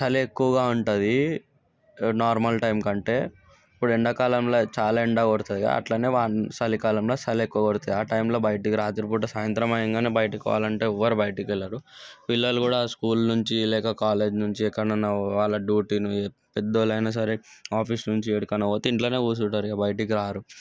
చలి ఎక్కువగా ఉంటుంది నార్మల్ టైం కంటే ఇప్పుడు ఎండాకాలంలో చాలా ఎండ కొడుతుంది అట్లనే వాన చలి కాలంలో చలి ఎక్కువ కొడుతుంది ఆ టైములో బయటికి రాత్రిపూట సాయంత్రమం అవగానే బయటికి పోవాలంటే ఎవరు బయటికి వెళ్ళరు పిల్లలు కూడా స్కూల్ నుంచి లేక కాలేజీ నుంచి ఎక్కడన్నా పోవాలన్నా డ్యూటీని పెద్ద వాళ్ళైనా సరే ఆఫీస్ నుంచి ఏడికన్నాపోతే ఇంట్లోనే కూర్చుంటారు ఇంకబయటికి రారు